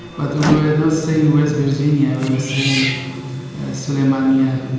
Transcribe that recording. but we were not saying west virginia. we were saying sulaymaniyah